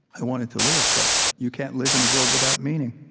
i wanted to live, but you can't live in a world without meaning.